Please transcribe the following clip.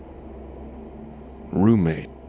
Roommate